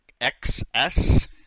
XS